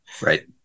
Right